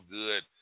good